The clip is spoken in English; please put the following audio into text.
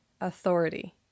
authority